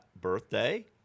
birthday